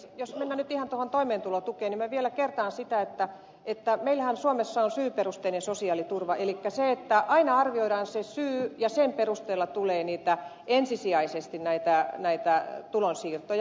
jos mennään nyt ihan tuohon toimeentulotukeen niin minä vielä kertaan sitä että meillähän suomessa on syyperusteinen sosiaaliturva elikkä aina arvioidaan syy ja sen perusteella tulee ensisijaisesti näitä tulonsiirtoja